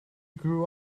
grew